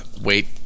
wait